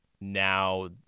now